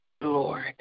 Lord